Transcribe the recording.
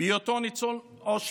בהיותו ניצול אושוויץ.